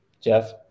Jeff